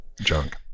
junk